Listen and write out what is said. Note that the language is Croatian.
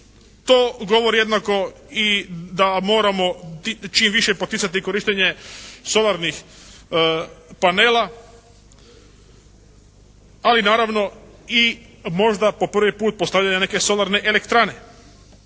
To govori jednako da moramo čim više poticati i korištenje solarnih panela, ali naravno i možda po prvi put postavljanje neke solarne elektrane.